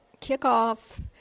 kickoff